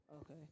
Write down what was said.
Okay